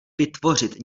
vytvořit